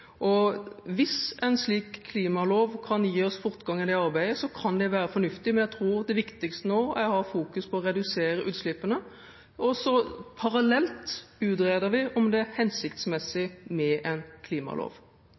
Hvis en slik klimalov kan gi oss fortgang i det arbeidet, kan det være fornuftig. Men jeg tror det viktigste nå er å ha fokus på å redusere utslippene, og så utreder vi parallelt om det er hensiktsmessig med en klimalov.